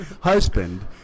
husband